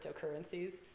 cryptocurrencies